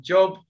Job